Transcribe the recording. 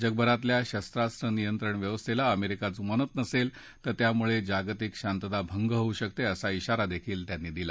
जगभरातल्या शस्त्रास्त्र नियंत्रण व्यवस्थेला अमेरिका जुमानत नसेल तर त्यामुळे जागतिक शांतता भंग होऊ शकते असा धिगराही त्यांनी दिला